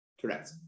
Correct